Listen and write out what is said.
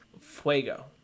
fuego